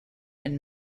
and